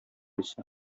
исә